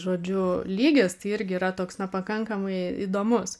žodžiu lygis tai irgi yra toks na pakankamai įdomus